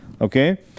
Okay